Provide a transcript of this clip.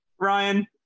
Ryan